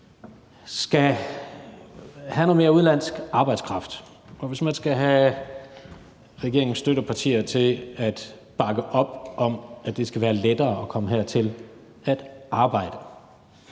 skal have noget mere udenlandsk arbejdskraft, og hvis man skal have regeringens støttepartier til at bakke op om, at det skal være lettere at komme hertil at arbejde,